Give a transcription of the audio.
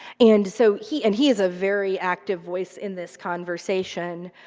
and so, he and he is a very active voice in this conversation.